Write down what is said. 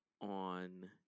on